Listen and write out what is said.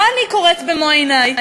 מה אני רואה במו-עיני?